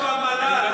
למה המל"ל?